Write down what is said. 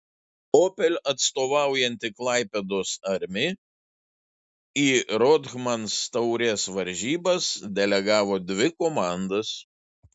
opel atstovaujanti klaipėdos armi į rothmans taurės varžybas delegavo dvi komandas